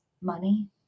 money